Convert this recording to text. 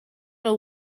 know